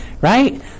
right